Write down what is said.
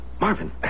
Marvin